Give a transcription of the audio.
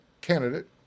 candidate